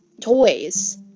toys